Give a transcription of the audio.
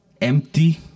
empty